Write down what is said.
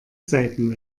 seiten